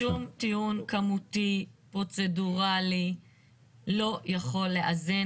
שום טיעון כמותי פרוצדורלי לא יכול לאזן